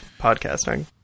podcasting